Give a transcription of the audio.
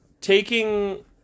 taking